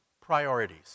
priorities